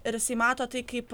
ir jisai mato tai kaip